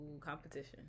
competition